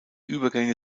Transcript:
übergänge